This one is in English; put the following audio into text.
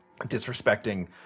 disrespecting –